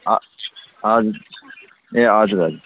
हजुर ए हजुर हजुर